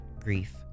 Grief